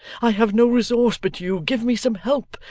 i have no resource but you, give me some help,